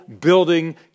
building